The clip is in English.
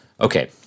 Okay